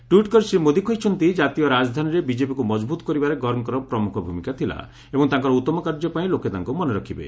tweet କରି ଶ୍ରୀ ମୋଦି କହିଛନ୍ତି କାତୀୟ ରାଜଧାନୀରେ ବିଜେପିକୁ ମଜବୁତ କରିବାରେ ଗର୍ଗଙ୍କର ପ୍ରମୁଖ ଭୂମିକା ଥିଲା ଏବଂ ତାଙ୍କର ଉତ୍ତମ କାର୍ଯ୍ୟ ପାଇଁ ଲୋକେ ତାଙ୍କୁ ମନେରଖିବେ